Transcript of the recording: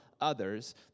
others